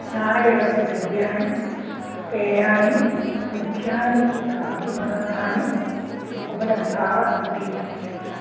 स्नानगृहस्य द्रव्याणि पेयानि मुख्यानि खाद्यपदार्थानि उपलब्धाः सन्ति वा